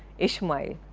ishmael